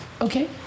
okay